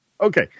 Okay